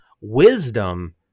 Wisdom